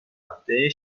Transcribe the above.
هفته